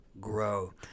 grow